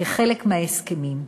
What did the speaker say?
כחלק מההסכמים.